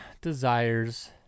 desires